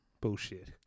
Bullshit